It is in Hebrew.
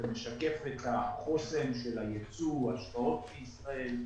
ומשקף את החוסן של היצוא והשקעות בישראל.